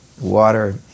water